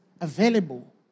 available